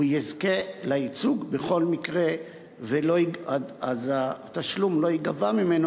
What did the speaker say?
הוא יזכה לייצוג בכל מקרה והתשלום לא ייגבה ממנו,